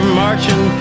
marching